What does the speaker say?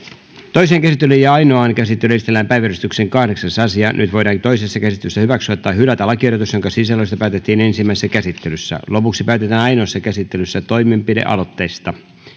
toiseen käsittelyyn ja ainoaan käsittelyyn esitellään päiväjärjestyksen kahdeksas asia nyt voidaan toisessa käsittelyssä hyväksyä tai hylätä lakiehdotus jonka sisällöstä päätettiin ensimmäisessä käsittelyssä lopuksi päätetään ainoassa käsittelyssä toimenpidealoitteesta